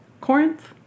Corinth